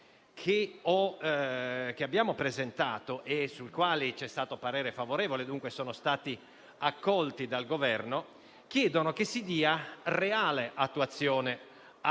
che abbiamo presentato, sui quali è stato espresso parere favorevole e che dunque sono stati accolti dal Governo, chiedono che si dia reale attuazione a tutta